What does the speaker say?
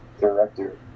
Director